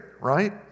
right